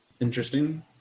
Interesting